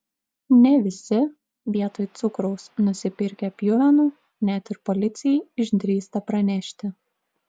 ne visi vietoj cukraus nusipirkę pjuvenų net ir policijai išdrįsta pranešti